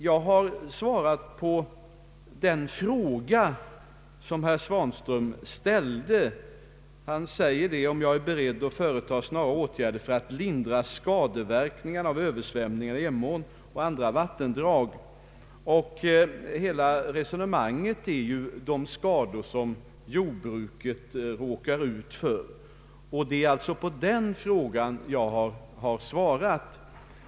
Jag har svarat på den fråga som herr Svanström ställde i interpellationen. Han frågade om jag är beredd att vidta snara åtgärder för att lindra skadeverkningarna av översvämningarna i Emån och andra vattendrag. Hela resonemanget gäller de skador som jordbruket råkar ut för, och det är på den frågan jag har svarat.